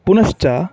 पुनश्च